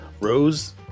Rose